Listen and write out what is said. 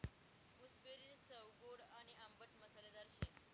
गूसबेरीनी चव गोड आणि आंबट मसालेदार शे